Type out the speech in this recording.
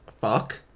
fuck